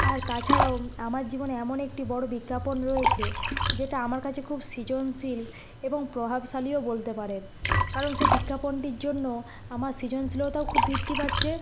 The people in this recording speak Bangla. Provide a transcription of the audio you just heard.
আর তাছাড়াও আমার জীবনে এমন একটি বড় বিজ্ঞাপন রয়েছে যেটা আমার কাছে খুব সৃজনশীল এবং প্রভাবশালীও বলতে পারেন কারণ সেই বিজ্ঞাপনটির জন্য আমার সৃজনশীলতাও খুব বৃদ্ধি পাচ্ছে